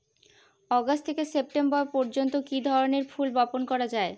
August থেকে September পর্যন্ত কি ধরনের ফুল বপন করা যায়?